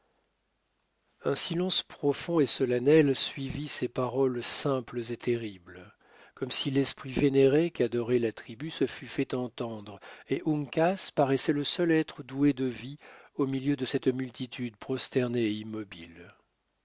un silence profond et solennel suivit ces paroles simples et terribles comme si l'esprit vénéré qu'adorait la tribu se fût fait entendre et uncas paraissait le seul être doué de vie au milieu de cette multitude prosternée et immobile